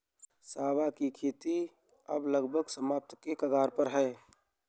सांवा की खेती अब लगभग समाप्ति के कगार पर है